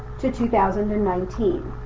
to two thousand and nineteen.